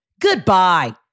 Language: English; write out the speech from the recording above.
goodbye